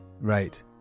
Right